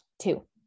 Two